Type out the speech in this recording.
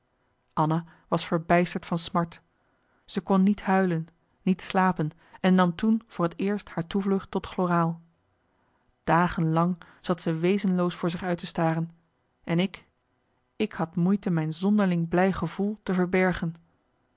anna was verbijsterd van smart ze kon niet huilen niet slapen en nam toen voor t eerst haar toevlucht tot chloraal dagen lang zat ze wezenloos voor zich uit te staren en ik ik had moeite mijn zonderling blij gevoel te verbergen